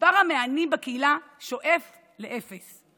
ומספר המענים בקהילה שואף לאפס.